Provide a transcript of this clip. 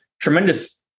tremendous